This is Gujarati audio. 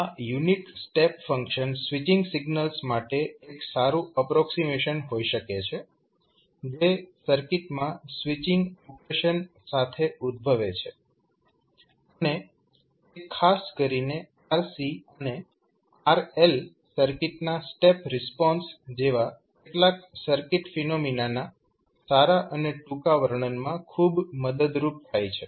હવે આ unit step function switching signals માટે એક સારું એપ્રોક્સીમેશન હોઈ શકે છે જે સર્કિટમાં સ્વીચિંગ ઓપરેશન સાથે ઉદ્ભવે છે અને તે ખાસ કરીને RC અને RL સર્કિટના સ્ટેપ રિસ્પોન્સ જેવા કેટલાક સર્કિટ ફિનોમિના ના સારા અને ટૂંકા વર્ણનમાં ખૂબ મદદરૂપ થાય છે